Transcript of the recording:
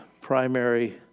primary